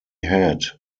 had